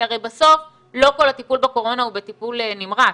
כי הרי בסוף לא כל הטיפול בקורונה הוא בטיפול נמרץ,